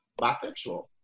bisexual